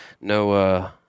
no